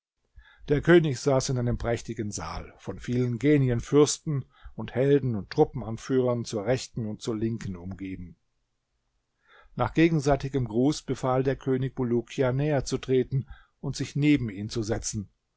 der könig saß in einem prächtigen saal von vielen genienfürsten und helden und truppenanführern zur rechten und zur linken umgeben nach gegenseitigem gruß befahlt der könig bulukia näher zu treten und sich neben ihn zu setzen